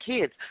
kids